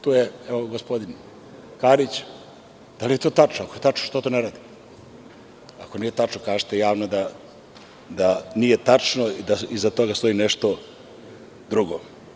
Tu je gospodin Karić, da li je to tačno, ako je tačno zašto to nerade, ako nije tačno kažite javno da nije tačno i da iza toga stoji nešto drugo.